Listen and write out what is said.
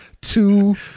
Two